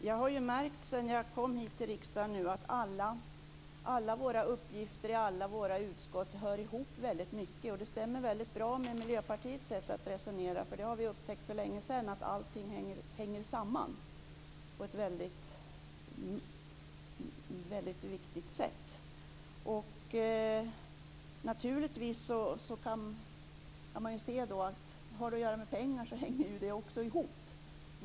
Fru talman! Jag har ju märkt sedan jag kom hit till riksdagen att alla våra uppgifter i alla våra utskott hör ihop väldigt mycket. Det stämmer väldigt bra med Miljöpartiets sätt att resonera. Det har vi upptäckt för länge sedan; att allting hänger samman på ett viktigt sätt. Naturligtvis kan man se att om det har att göra med pengar så hänger det också ihop.